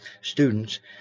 students